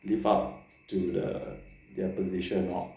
lift up to the their position or